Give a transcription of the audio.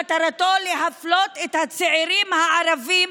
מטרתו להפלות את הצעירים הערבים,